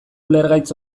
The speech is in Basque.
ulergaitz